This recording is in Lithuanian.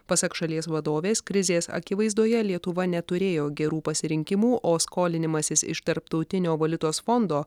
pasak šalies vadovės krizės akivaizdoje lietuva neturėjo gerų pasirinkimų o skolinimasis iš tarptautinio valiutos fondo